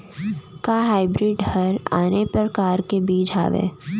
का हाइब्रिड हा आने परकार के बीज आवय?